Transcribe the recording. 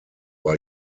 war